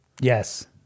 Yes